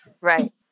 right